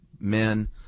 men